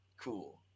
Cool